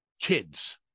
kids